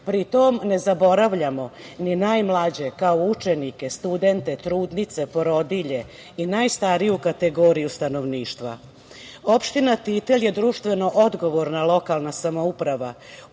pri tome, ne zaboravljamo ni najmlađe, kao učenike, studente, trudnice, porodilje i najstariju kategoriju stanovništva. Opština Titel, je društveno odgovorna lokalna samouprava,